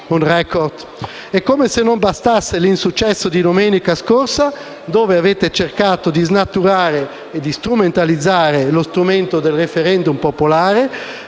Come se non bastasse l'insuccesso di domenica scorsa, dove avete cercato di snaturare e strumentalizzare lo strumento *referendum* popolare